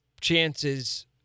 chances